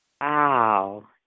Wow